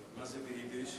מה זה ביידיש?